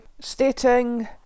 stating